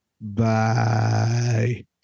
Bye